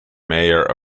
mayor